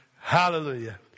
Hallelujah